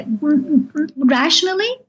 Rationally